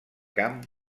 camp